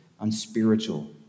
unspiritual